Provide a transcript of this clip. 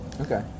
Okay